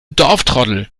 dorftrottel